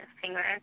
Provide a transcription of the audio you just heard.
finger